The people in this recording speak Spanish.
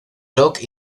rock